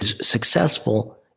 successful